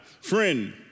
Friend